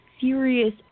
serious